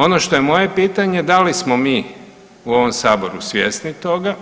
Ono što je moje pitanje da li smo mi u ovom Saboru svjesni toga